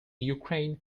ukraine